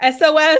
SOS